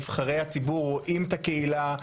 נבחרי הציבור רואים את הקהילה,